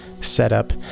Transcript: setup